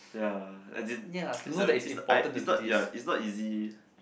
ya as in it's uh it's uh uh ya it's not easy